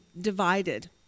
divided